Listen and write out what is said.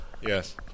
Yes